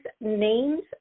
names